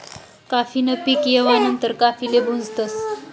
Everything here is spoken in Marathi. काफी न पीक येवा नंतर काफीले भुजतस